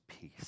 peace